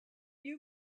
you